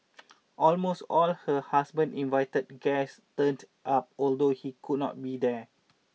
almost all her husband invited guests turned up although he could not be there